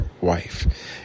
wife